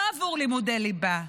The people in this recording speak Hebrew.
לא עבור לימודי ליבה.